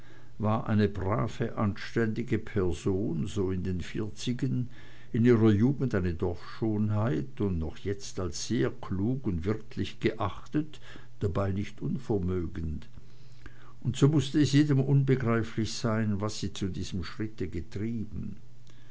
war eine brave anständige person so in den vierzigen in ihrer jugend eine dorfschönheit und noch jetzt als sehr klug und wirtlich geachtet dabei nicht unvermögend und so mußte es jedem unbegreiflich sein was sie zu diesem schritte getrieben